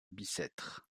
bicêtre